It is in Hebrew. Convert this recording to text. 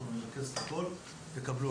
אנחנו נרכז את הכל ואתם תקבלו.